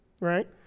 right